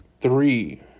three